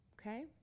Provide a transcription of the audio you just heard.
Okay